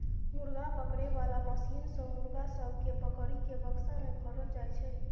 मुर्गा पकड़े बाला मशीन सँ मुर्गा सब केँ पकड़ि केँ बक्सा मे भरल जाई छै